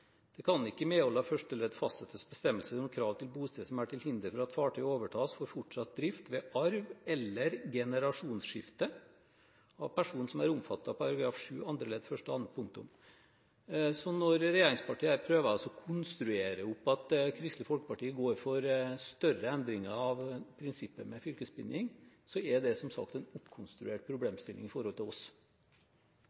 kan ikke i medhold av første ledd fastsettes bestemmelser om krav til bosted som er til hinder for at fartøy overtas for fortsatt drift ved arv eller generasjonsskifte av person som er omfattet av § 7 annet ledd første og annet punktum.» Når regjeringspartiene prøver å konstruere opp at Kristelig Folkeparti går for større endringer av prinsippet med fylkesbinding, er det som sagt en oppkonstruert